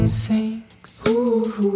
sinks